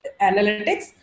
analytics